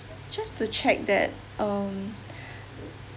just to check that um